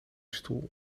stoel